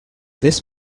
this